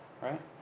right